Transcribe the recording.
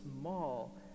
small